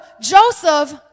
Joseph